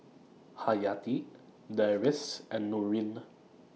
Hayati Deris and Nurin